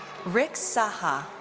rick saha.